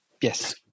Yes